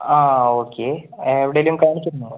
okay എവിടേലും കാണിച്ചിരുന്നോ